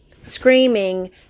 Screaming